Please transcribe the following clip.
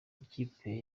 ikipe